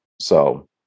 So-